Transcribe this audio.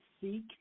seek